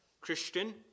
Christian